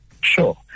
Sure